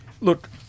Look